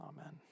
amen